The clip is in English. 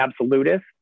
absolutist